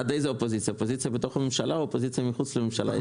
מספר סעיפים בתחום הזה של חקיקה בחוק המים,